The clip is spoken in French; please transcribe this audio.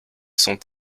sont